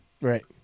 Right